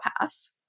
pass